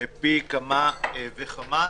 פי כמה וכמה.